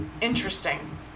interesting